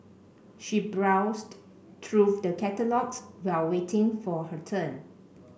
she browsed through the catalogues while waiting for her turn